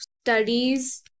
studies